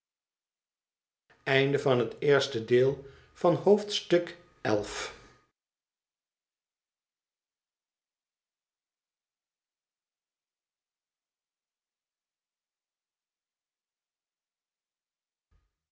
hoofdstuk van het eerste deel van het